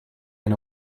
and